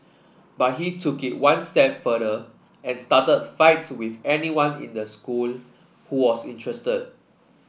but he took it one step further and started fights with anyone in the school who was interested